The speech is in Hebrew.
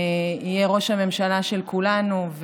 שיהיה ראש הממשלה של כולנו,